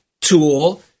tool